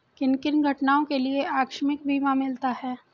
किन किन घटनाओं के लिए आकस्मिक बीमा मिलता है?